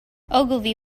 ogilvy